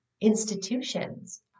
institutions